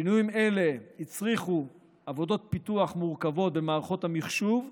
שינויים אלה הצריכו עבודות פיתוח מורכבות במערכות המחשוב,